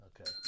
Okay